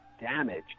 damage